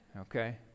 Okay